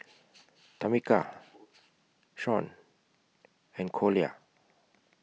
Tamica Shaun and Collier